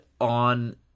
on